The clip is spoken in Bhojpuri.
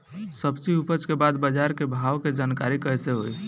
सब्जी उपज के बाद बाजार के भाव के जानकारी कैसे होई?